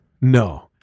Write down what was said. No